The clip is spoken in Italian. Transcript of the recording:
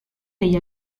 degli